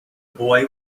boy